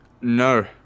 No